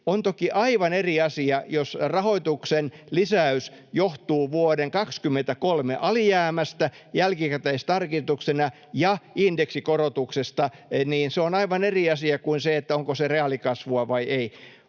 miljardia vai ei. Jos rahoituksen lisäys johtuu vuoden 23 alijäämästä jälkikäteistarkistuksena ja indeksikorotuksesta, se on toki aivan eri asia kuin se, onko se reaalikasvua vai ei.